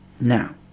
Now